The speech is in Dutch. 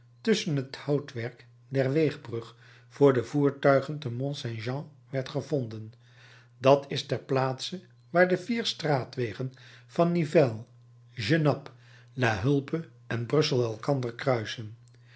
tusschen het houtwerk der weegbrug voor de voertuigen te mont saint jean werden gevonden dat is ter plaatse waar de vier straatwegen van nivelles genappe la hulpe en brussel elkander kruisen